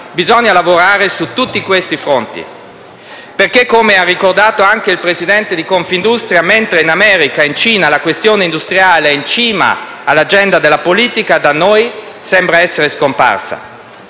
bisogna lavorare su tutti questi fronti. Perché, come ha ricordato anche il presidente della Confindustria, mentre in America e in Cina la questione industriale è in cima all'agenda della politica, da noi sembra essere scomparsa.